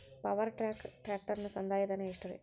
Power track ಟ್ರ್ಯಾಕ್ಟರನ ಸಂದಾಯ ಧನ ಎಷ್ಟ್ ರಿ?